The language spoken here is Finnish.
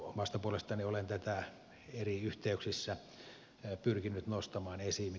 omasta puolestani olen tätä eri yhteyksissä pyrkinyt nostamaan esiin